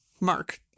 Mark